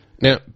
Now